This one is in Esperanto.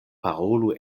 parolu